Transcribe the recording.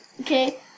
Okay